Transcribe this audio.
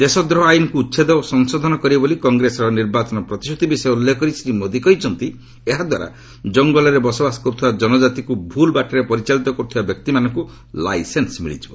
ଦେଶଦ୍ରୋହ ଆଇନକୁ ଉଚ୍ଛେଦ ଓ ସଂଶୋଧନ କରିବ ବୋଲି କଂଗ୍ରେସର ନିର୍ବାଚନ ପ୍ରତିଶ୍ରତି ବିଷୟ ଉଲ୍ଲ୍ଖ କରି ଶ୍ରୀ ମୋଦି କହିଛନ୍ତି ଏହାଦ୍ୱାରା ଜଙ୍ଗଲରେ ବସବାସ କରୁଥିବା ଜନକାତିକୁ ଭୁଲ୍ ବାଟରେ ପରିଚାଳିତ କରୁଥିବା ବ୍ୟକ୍ତିମାନଙ୍କୁ ଲାଇସେନ୍ସ ମିଳିଯିବ